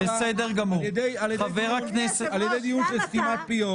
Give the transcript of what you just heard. על ידי דיון של סתימת פיות.